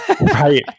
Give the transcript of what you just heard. Right